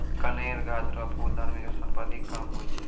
कनेर गाछ रो फूल धार्मिक स्थान पर अधिक काम हुवै छै